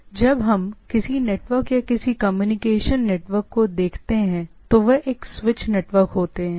इसलिए जब हम किसी नेटवर्क या किसी कम्युनिकेशन नेटवर्क को देखते हैं तो वह एक स्विच नेटवर्क होते हैं